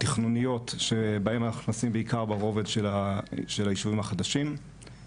תכנוניות שבהן אנחנו נכנסים בעיקר ברובד של הישובים החדשים,